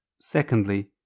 secondly